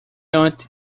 aunt